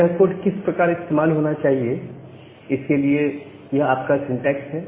यह कोड किस प्रकार इस्तेमाल होना चाहिए इसके लिए यह आपका सिंटेक्स है